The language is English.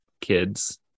kids